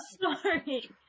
sorry